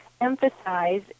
emphasize